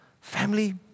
Family